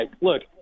Look